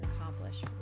accomplish